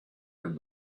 and